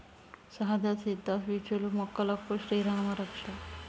సహజ సిద్ద పీచులు మొక్కలకు శ్రీరామా రక్ష